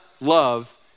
love